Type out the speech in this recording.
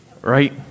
right